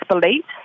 beliefs